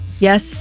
Yes